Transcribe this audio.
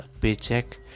paycheck